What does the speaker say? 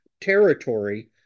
territory